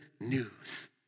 news